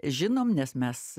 žinom nes mes